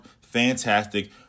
fantastic